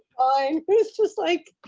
i mean was just like,